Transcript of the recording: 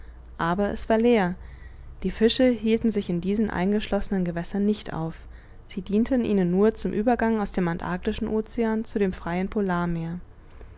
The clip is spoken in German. aber es war leer die fische hielten sich in diesen eingeschlossenen gewässern nicht auf sie dienten ihnen nur zum uebergang aus dem antarktischen ocean zu dem freien polarmeer